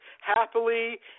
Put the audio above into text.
happily